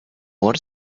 what